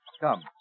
Come